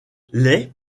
les